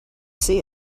see